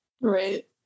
Right